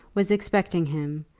was expecting him,